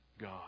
God